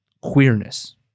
queerness